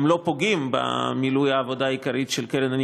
גם לא פוגעים במילוי העבודה העיקרית של הקרן,